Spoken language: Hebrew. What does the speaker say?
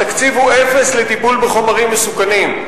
התקציב הוא אפס, לטיפול בחומרים מסוכנים.